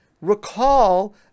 recall